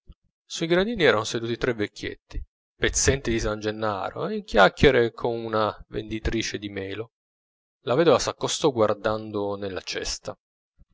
sui gradini erano seduti tre vecchietti pezzenti di san gennaro in chiacchiere con una venditrice di melo la vedova s'accostò guardando nella cesta